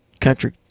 country